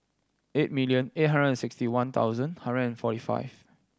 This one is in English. eight million eight hundred and sixty one thousand hundred and forty five